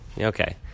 okay